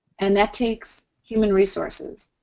and that takes human resources.